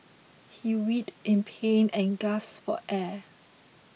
he writhed in pain and gasped for air